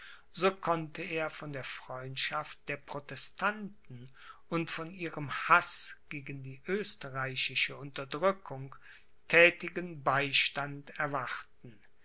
so konnte er von der freundschaft der protestanten und von ihrem haß gegen die österreichische unterdrückung thätigen beistand erwarten